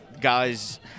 guys